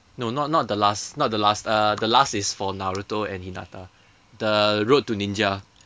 no not not the last not the last uh the last is for naruto and hinata the road to ninja